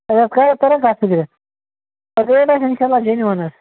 تۄہہِ چھو حظ تران کتھ فکرِ ریٹ آسہِ انشاء اللہ جنوَن حظ